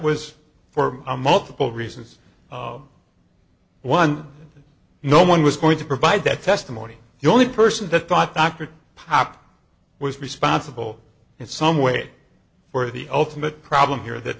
was for a multiple reasons one no one was going to provide that testimony the only person the thought dr pao was responsible in some way for the ultimate problem here that